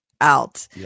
out